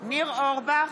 ניר אורבך,